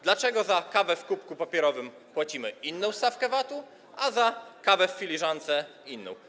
Dlaczego za kawę w kubku papierowym płacimy inną stawkę VAT-u, a za kawę w filiżance inną?